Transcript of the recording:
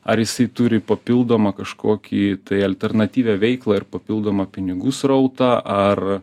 ar jisai turi papildomą kažkokį tai alternatyvią veiklą ir papildomą pinigų srautą ar